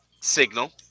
signal